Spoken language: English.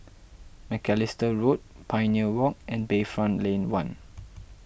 Macalister Road Pioneer Walk and Bayfront Lane one